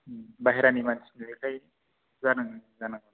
बाहेरानि मानसि नुनायखाय जादों जानांगौ